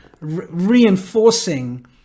reinforcing